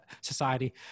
society